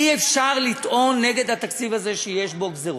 אי-אפשר לטעון נגד התקציב הזה שיש בו גזירות.